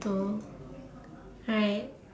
to right